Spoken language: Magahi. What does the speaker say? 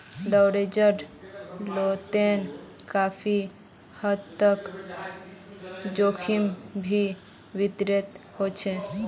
लवरेज्ड लोनोत काफी हद तक जोखिम भी व्यक्तिगत होचे